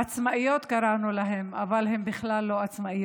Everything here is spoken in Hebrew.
שקראנו להן "עצמאיות", אבל הן בכלל לא עצמאיות,